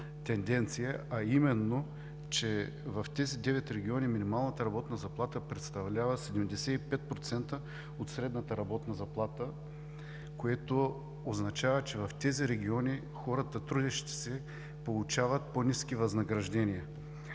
тенденция – в тези девет региони минималната работна заплата представлява 75% от средната работна заплата, което означава, че в тези региони хората, трудещите се, получават по-ниски възнаграждения.